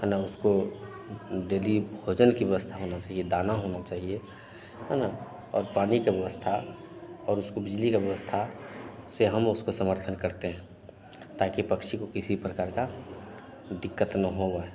है ना उसको हुं डेली भोजन की व्यवस्था होनी चाहिए दाना होना चाहिए है ना और पानी की व्यवस्था और उसको बिजली की व्यवस्था से हम उसका समर्थन करते हैं ताकि पक्षी को किसी प्रकार की दिक़्क़त ना हो वह